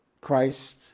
Christ